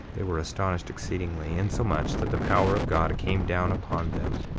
they were astonished exceedingly insomuch that the power of god came down upon them,